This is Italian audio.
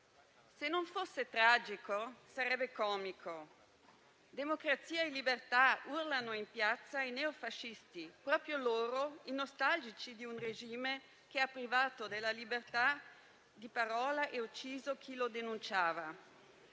se non fosse tragico, sarebbe comico. «Democrazia e libertà!» urlano in piazza i neofascisti; proprio loro, i nostalgici di un regime che ha privato della libertà di parola e ucciso chi lo denunciava.